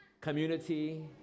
community